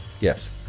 Yes